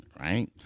right